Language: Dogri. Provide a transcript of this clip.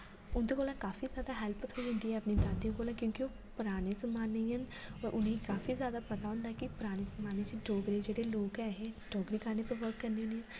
उंदे कोला काफी जैदा हैल्प थोई जंदी ऐ अपनी दादी कोला क्युंकि ओह् पराने जमाने दियां न उनें काफी जैदा पता होंदा कि पराने जमाने च डोगरी दे जेह्ड़े लोक ऐ हे न डोगरी गाने उप्पर वर्क करनी होन्नी आं